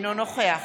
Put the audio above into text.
אינו נוכח